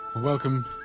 Welcome